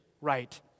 right